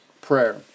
prayer